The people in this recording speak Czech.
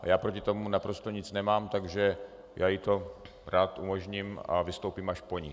Já proti tomu naprosto nic nemám, takže já jí to rád umožním a vystoupím až po ní.